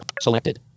selected